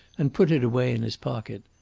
and put it away in his pocket.